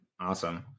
Awesome